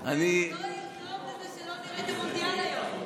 והוא לא ייתן שלא נראה את המונדיאל היום.